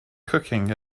cooking